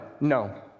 no